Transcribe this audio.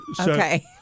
okay